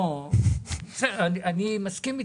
אני מסכים אתך.